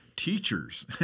teachers